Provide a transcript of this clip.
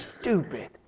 stupid